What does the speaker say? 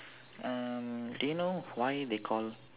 um do you know why they call